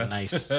nice